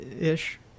ish